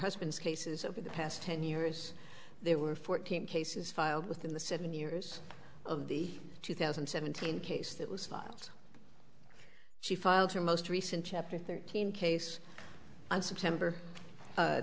husband's cases over the past ten years there were fourteen cases filed within the seven years of the two thousand and seventeen case that was filed she filed her most recent chapter thirteen case on september